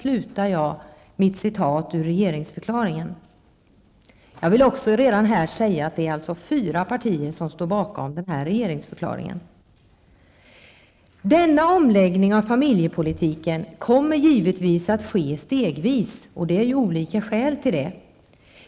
Fyra partier står alltså bakom denna regeringsförklaring. Denna omläggning av familjepolitiken kommer givetvis att ske stegvis av olika skäl.